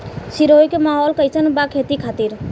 सिरोही के माहौल कईसन बा खेती खातिर?